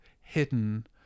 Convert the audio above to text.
hidden